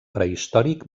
prehistòric